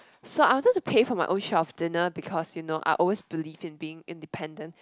so I wanted to pay for my own share of dinner because you know I always believe in being independent